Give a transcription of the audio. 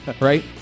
right